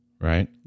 right